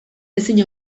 ezin